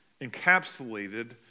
encapsulated